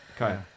Okay